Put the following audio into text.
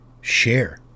share